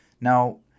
Now –